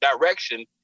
direction